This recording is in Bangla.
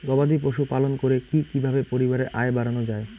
গবাদি পশু পালন করে কি কিভাবে পরিবারের আয় বাড়ানো যায়?